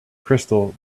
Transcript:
crystal